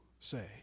say